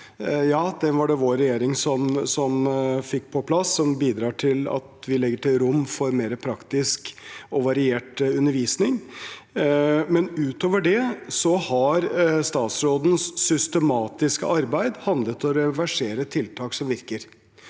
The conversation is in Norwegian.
Ja, den var det vår regjering som fikk på plass. Den bidrar til at vi legger til rette for mer praktisk og variert undervisning, men utover det har statsrådens systematiske arbeid handlet om å reversere tiltak som virker.